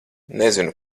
nezinu